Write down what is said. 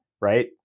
Right